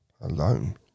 Alone